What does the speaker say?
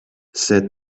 said